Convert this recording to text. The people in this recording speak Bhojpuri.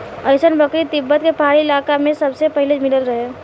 अइसन बकरी तिब्बत के पहाड़ी इलाका में सबसे पहिले मिलल रहे